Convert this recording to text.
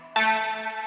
i